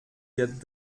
wird